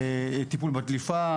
טיפול בדליפה,